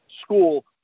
school